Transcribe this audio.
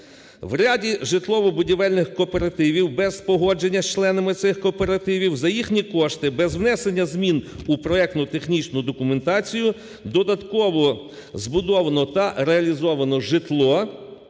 В ряді житлово-будівельних кооперативів без погодження з членами цих кооперативів за їхні кошти, без внесення змін у проектну технічну документацію додатково збудовано та реалізовано житло,